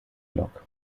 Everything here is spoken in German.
lok